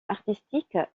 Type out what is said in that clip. artistique